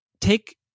take